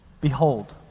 Behold